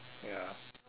ya